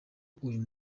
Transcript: uyu